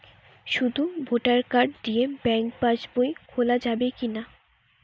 শুধু voter card দিয়ে bank pass বই খোলা যাবে কিনা?